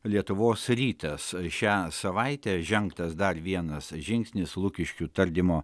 lietuvos rytas šią savaitę žengtas dar vienas žingsnis lukiškių tardymo